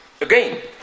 again